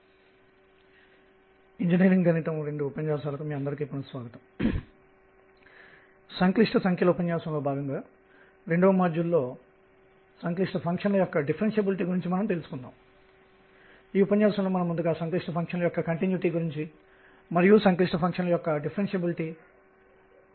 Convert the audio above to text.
మునుపటి ఉపన్యాసంలో నేను విల్సన్ సోమెర్ఫెల్డ్ క్వాంటం నిబంధనను ప్రవేశపెట్టాను అది ఆవర్తన చలనం కోసం p dx nh కు సమానం లేదా చర్య విచ్ఛిన్నంగా ఉంటుందని చెబుతుంది